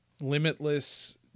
limitless